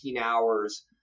hours